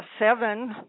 seven